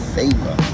favor